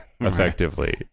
effectively